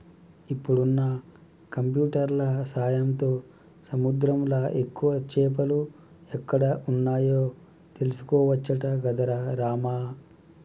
ఇప్పుడున్న కంప్యూటర్ల సాయంతో సముద్రంలా ఎక్కువ చేపలు ఎక్కడ వున్నాయో తెలుసుకోవచ్చట గదరా రామా